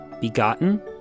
begotten